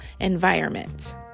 environment